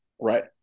Right